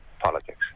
politics